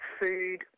food